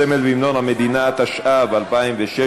הסמל והמנון המדינה (תיקון מס'